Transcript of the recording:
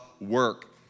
work